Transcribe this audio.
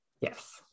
Yes